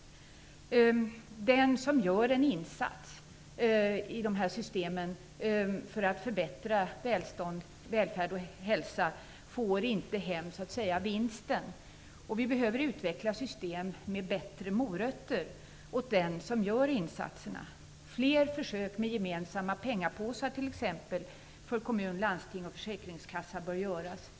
Den som gör en insats i de här systemen för att förbättra välstånd, välfärd och hälsa får så att säga inte hem vinsten. Vi behöver utveckla system med bättre morötter åt den som gör insatserna. Fler försök med gemensamma pengapåsar t.ex. för kommun, landsting och försäkringskassa bör göras.